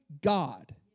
God